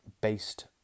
based